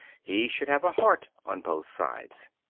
he should have a heart on both sides.